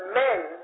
men